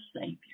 savior